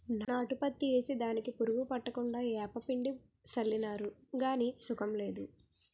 నాటు పత్తి ఏసి దానికి పురుగు పట్టకుండా ఏపపిండి సళ్ళినాను గాని సుకం లేదు